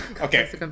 okay